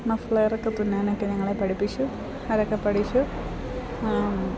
muffler ഒക്കെ തുന്നാനൊക്കെ ഞങ്ങളെ പഠിപ്പിച്ചു അതൊക്കെ പഠിച്ചു